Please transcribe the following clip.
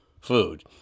food